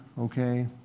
okay